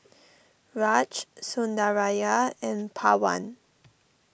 Raj Sundaraiah and Pawan